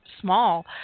small